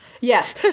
Yes